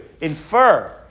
infer